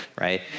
right